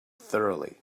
thoroughly